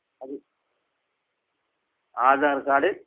அது ஆதார் கார்டு